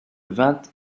vingt